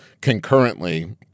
concurrently